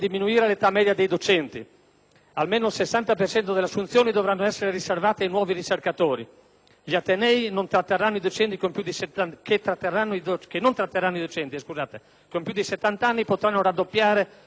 Almeno il 60 per cento delle assunzioni dovranno essere riservate a nuovi ricercatori. Gli atenei che non tratterranno i docenti con più di 70 anni potranno raddoppiare il numero dei posti per ricercatori.